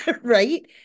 right